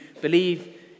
believe